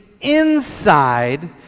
inside